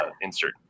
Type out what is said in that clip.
Insert